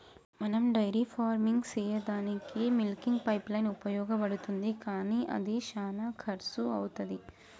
మనం dairy farming సెయ్యదానికీ milking pipeline ఉపయోగించబడుతుంది కానీ అది శానా కర్శు అవుతది